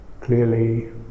clearly